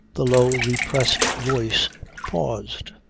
the low, repressed voice paused,